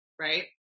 right